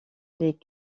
les